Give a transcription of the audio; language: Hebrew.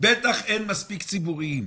בטח אין מספיק ציבוריים.